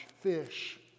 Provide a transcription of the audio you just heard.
fish